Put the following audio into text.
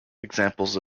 examples